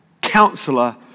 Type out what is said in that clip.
Counselor